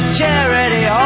charity